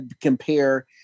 compare